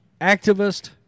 activist